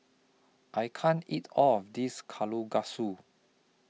I can't eat All of This Kalguksu